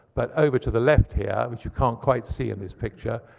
but over to the left here, which you can't quite see in this picture,